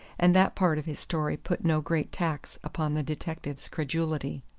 and that part of his story put no great tax upon the detective's credulity.